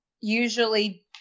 usually